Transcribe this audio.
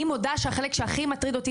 אני מודה שהחלק שהכי מטריד אותי,